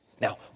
Now